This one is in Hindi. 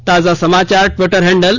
ताजा समाचार ट्विटर हैंडल